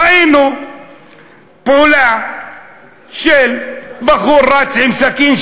ראינו פעולה של בחור רץ עם סכין,